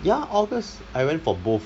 ya august I went for both